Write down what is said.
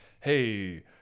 Hey